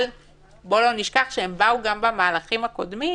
אבל בוא לא נשכח שהם באו גם במהלכים הקודמים